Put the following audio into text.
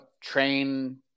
train